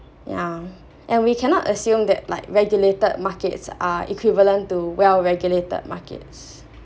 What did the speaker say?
yeah and we cannot assume that like regulated markets are equivalent to well regulated markets